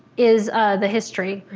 is the history.